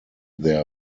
their